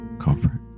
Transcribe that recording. comfort